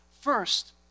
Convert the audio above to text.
First